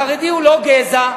החרדי הוא לא גזע.